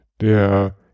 der